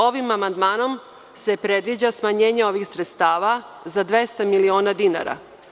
Ovim amandmanom se predviđa smanjenje ovih sredstava za 200 miliona dinara.